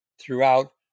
throughout